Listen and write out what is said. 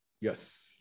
Yes